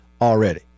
already